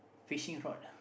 fishing rod ah